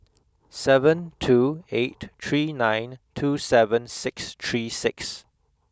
seven two eight three nine two seven six three six